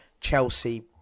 Chelsea